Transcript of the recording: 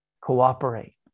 cooperate